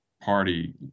Party